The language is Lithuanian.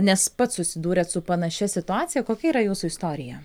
nes pats susidūrėt su panašia situacija kokia yra jūsų istorija